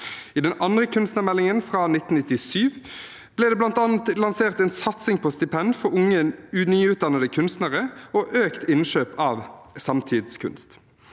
I den andre kunstnermeldingen, fra 1997, ble det bl.a. lansert en satsing på stipend for unge, nyutdannede kunstnere og økt innkjøp av samtidskunst.